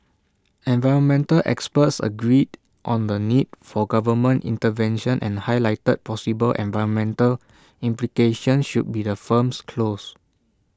environmental experts agreed on the need for government intervention and highlighted possible environmental implications should the firms close